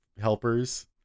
helpers